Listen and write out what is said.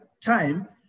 time